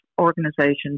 organizations